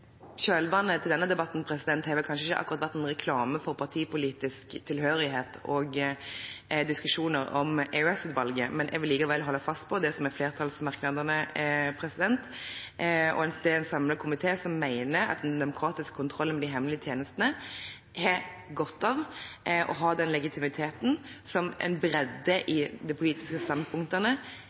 Oppkjøringen til denne debatten har vel ikke akkurat vært noen reklame for partipolitisk tilhørighet og diskusjoner om EOS-utvalget, men jeg vil likevel holde fast på det som er flertallsmerknaden, om at det er en samlet komité som mener at den demokratiske kontrollen med de hemmelige tjenestene har godt av å ha den legitimiteten som en bredde i de politiske standpunktene